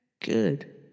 Good